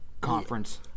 conference